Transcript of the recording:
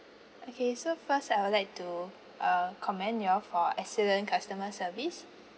okay so first I would like to uh commend y'all for excellent customer service